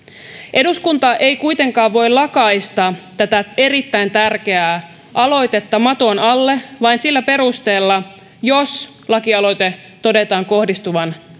eduskunta ei kuitenkaan voi lakaista tätä erittäin tärkeää aloitetta maton alle vain sillä perusteella jos lakialoitteen todetaan kohdistuvan